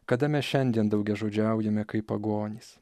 kada mes šiandien daugiažodžiaujame kaip pagonys